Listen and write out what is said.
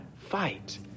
fight